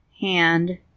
hand